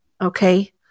okay